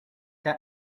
that